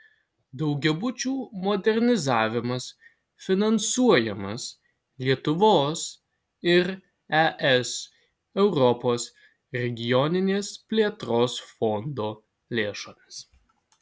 daugiabučių modernizavimas finansuojamas lietuvos ir es europos regioninės plėtros fondo lėšomis